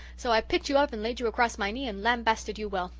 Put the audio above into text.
so i picked you up and laid you across my knee and lambasted you well.